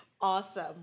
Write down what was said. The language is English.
Awesome